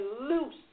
loose